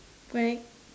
correct